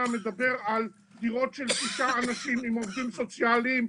מדבר על דירות של שישה אנשים עם עובדים סוציאליים,